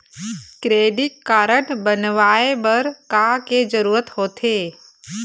Credit card बनवाए बर का के जरूरत होते?